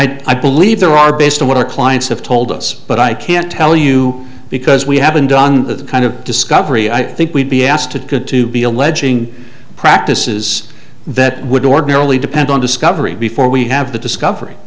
know i believe there are based on what our clients have told us but i can't tell you because we haven't done the kind of discovery i think we'd be asked to good to be alleging practices that would ordinarily depend on discovery before we have the discovery